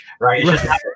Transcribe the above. right